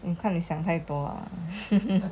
你看你想太多 lah